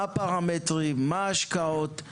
מה הפרמטרים וההשקעות,